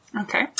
Okay